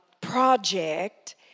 project